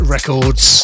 Records